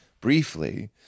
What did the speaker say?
briefly